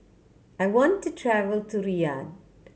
I want to travel to Riyadh